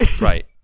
Right